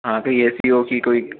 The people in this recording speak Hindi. हाँ कहीं ऐसी हो कोई